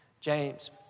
James